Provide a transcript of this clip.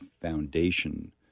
foundation